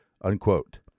unquote